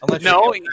No